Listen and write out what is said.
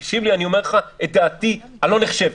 אני אומר לך את דעתי הלא נחשבת.